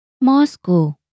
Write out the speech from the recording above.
Moscow